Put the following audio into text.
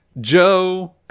Joe